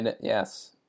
Yes